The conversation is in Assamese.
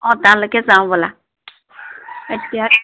অঁ তালৈকে যাওঁ ব'লা এতিয়া